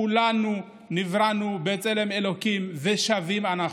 כולנו נבראנו בצלם אלוקים, ושווים אנחנו.